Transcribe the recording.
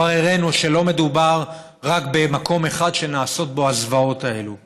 כבר הראינו שלא מדובר רק במקום אחד שנעשות בו הזוועות האלה.